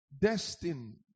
destined